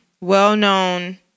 well-known